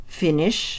finish